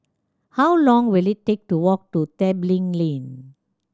how long will it take to walk to Tebing Lane